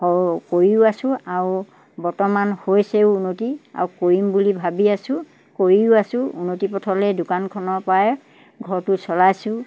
কৰোঁ কৰিও আছোঁ আৰু বৰ্তমান হৈছেও উন্নতি আৰু কৰিম বুলি ভাবি আছোঁ কৰিও আছোঁ উন্নতি পথলৈ দোকানখনৰপৰাই ঘৰটো চলাইছোঁ